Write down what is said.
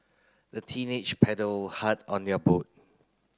the teenage paddled hard on their boat